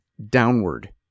downward